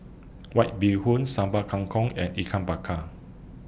White Bee Hoon Sambal Kangkong and Ikan Bakar